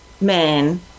men